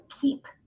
keep